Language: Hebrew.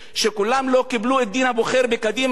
שכולם לא קיבלו את דין הבוחר בקדימה,